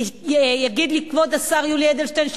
יגיד לי כבוד השר יולי אדלשטיין,